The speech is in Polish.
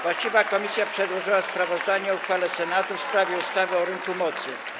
Właściwa komisja przedłożyła sprawozdanie o uchwale Senatu w sprawie ustawy o rynku mocy.